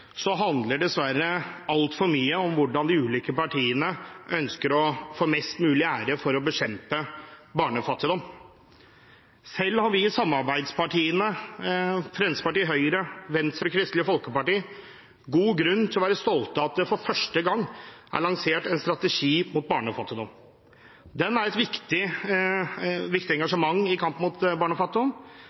handler dessverre altfor mye om hvordan de ulike partiene ønsker å få mest mulig ære for å bekjempe barnefattigdom. Selv har vi i samarbeidspartiene – Fremskrittspartiet, Høyre, Venstre og Kristelig Folkeparti – god grunn til å være stolte av at det for første gang er lansert en strategi mot barnefattigdom. Den er et viktig engasjement i kampen mot barnefattigdom.